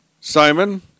Simon